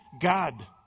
God